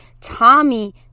Tommy